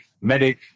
Medic